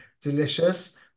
delicious